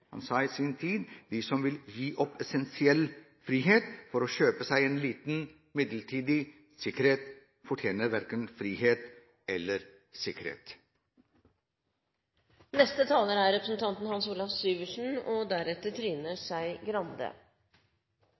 Han sa i sin tid: «De som vil gi opp essensiell frihet for å kjøpe seg en liten midlertidig sikkerhet, fortjener hverken frihet eller sikkerhet.» Den saken som vi behandler i dag, er